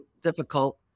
difficult